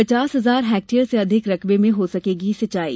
पचास हजार हैक्टेयर से अधिक रकबे में हो सकेगी सिंचाई